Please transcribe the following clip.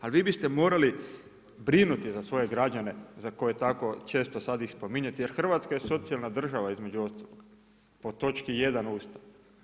Ali vi biste morali brinuti za svoje građane, za koje tako često sad i spominjete, jer Hrvatska je socijalna država između ostalog, po točki 1 Ustava.